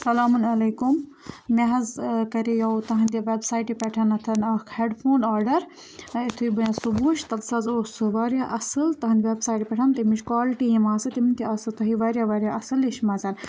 سلامُن علیکُم مےٚ حظ کَرییو تُہِنٛدِ وٮ۪بسایٹہِ پٮ۪ٹھ اَکھ ہٮ۪ڈ فون آرڈَر وۄنۍ یُتھُے مےٚ سُہ وٕچھ تَتہِ تھَس حظ اوس سُہ واریاہ اَصٕل تٕہٕنٛدۍ وٮ۪بسایٹہِ پٮ۪ٹھ تَمِچ کالٹی یِم آسہٕ تِم تہِ آسو تۄہہِ واریاہ واریاہ اَصٕل لیٚچھمَژ